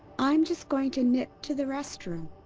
i'm just going to nip to the restroom.